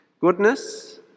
goodness